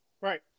Right